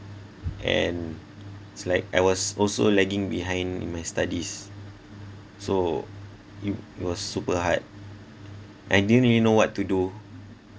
and it's like I was also lagging behind in my studies so it it was super hard and didn't really know what to do